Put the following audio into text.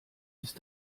ist